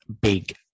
big